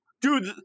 Dude